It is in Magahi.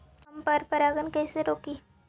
हम पर परागण के कैसे रोकिअई?